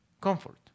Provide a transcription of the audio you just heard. Comfort